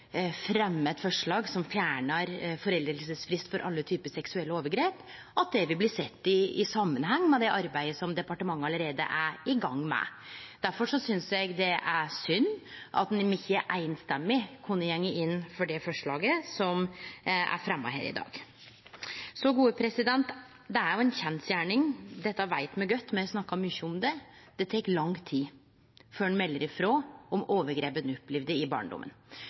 eit forslag som fjernar foreldingsfristen for alle typar seksuelle overgrep, at det vil bli sett i samanheng med det arbeidet som departementet allereie er i gang med. Difor synest eg det er synd at me ikkje samrøystes kunne gå inn for det forslaget som er fremja her i dag. Det er ei kjensgjerning – dette veit me godt, me har snakka mykje om det – at det tek lang tid før ein melder frå om overgrep ein opplevde i